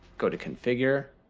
go to configure,